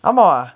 ஆமாவா:aamaava